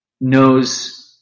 knows